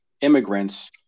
immigrants